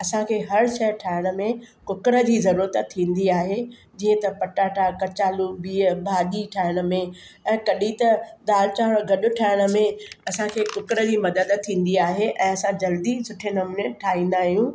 असांजे हर शइ ठाहिण में कूकर जी ज़रूरत थींदी आहे जीअं त पटाटा कचालू बिह भाॼी ठाहिण में ऐं कॾहिं त दाल चांवर गॾु ठाहिण में असांखे कूकर जी मदद थींदी आहे ऐं असां जल्दी सुठे नमूने ठाहींदा आहियूं